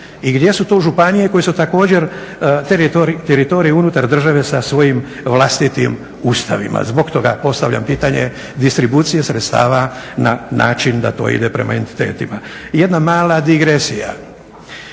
I gdje su tu županije koje su također teritorij unutar države sa svojim vlastitim ustavima. Zbog toga postavljam pitanje distribucije sredstava na način da to ide prema entitetima. I jedna mala digresija,